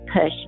push